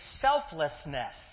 selflessness